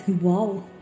Wow